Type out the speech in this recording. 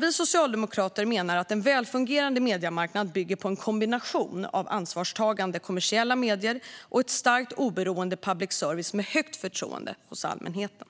Vi socialdemokrater menar att en välfungerande mediemarknad bygger på en kombination av ansvarstagande kommersiella medier och en stark och oberoende public service med högt förtroende hos allmänheten.